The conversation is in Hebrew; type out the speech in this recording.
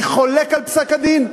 אני חולק על פסק-הדין,